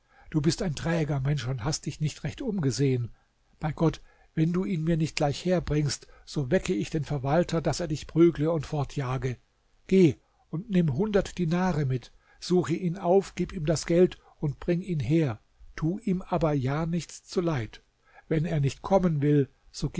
du bist ein träger mensch und hast dich nicht recht umgesehen bei gott wenn du mir ihn nicht gleich herbringst so wecke ich den verwalter daß er dich prügle und fortjage geh und nimm hundert dinare mit suche ihn auf gib ihm das geld und bring ihn her tu ihm aber ja nichts zuleid wenn er nicht kommen will